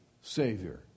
Savior